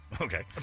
Okay